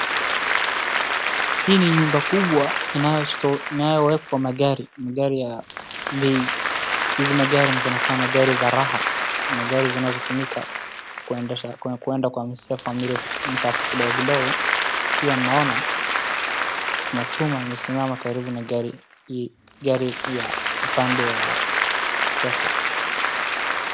Hii ni nyumba kubwa inayowekwa magari ya bei hizi magari zinakaa za raha magari zinazotumika kuenda kwa misafa mirefu misafa kidogo kidogo pia naona kuna chuma imesimama karibu na gari ya upande wa kushoto.